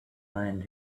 land